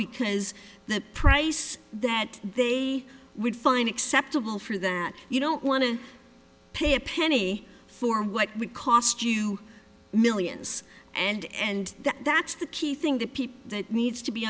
because the price that they would find acceptable for that you don't want to pay a penny for what we cost you millions and that's the key thing that people that needs to be